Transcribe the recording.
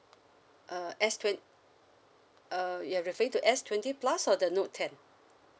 uh S twen~ uh you're referring to S twenty plus or the note ten